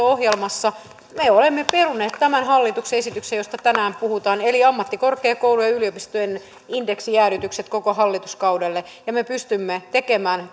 ohjelmassa me olemme peruneet tämän hallituksen esityksen josta tänään puhutaan eli ammattikorkeakoulujen ja yliopistojen indeksijäädytykset koko hallituskaudelle ja me pystymme tekemään